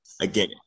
again